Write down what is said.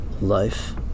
life